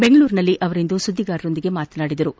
ಬೆಂಗಳೂರಿನಲ್ಲಿಂದು ಸುದ್ದಿಗಾರರೊಂದಿಗೆ ಮಾತನಾಡಿದ ಅವರು